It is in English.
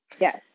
Yes